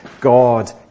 God